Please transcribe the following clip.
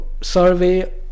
survey